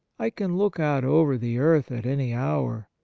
i can look out over the earth at any hour,